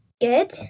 Good